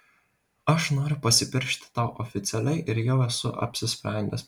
aš noriu pasipiršti tau oficialiai ir jau esu apsisprendęs